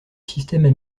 systèmes